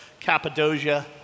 Cappadocia